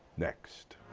next.